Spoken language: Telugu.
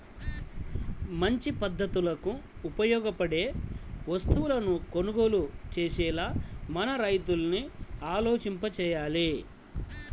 మంచి పద్ధతులకు ఉపయోగపడే వస్తువులను కొనుగోలు చేసేలా మన రైతుల్ని ఆలోచింపచెయ్యాలి